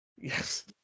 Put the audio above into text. Yes